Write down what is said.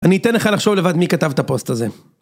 אני אתן לך לחשוב לבד מי כתב את הפוסט הזה.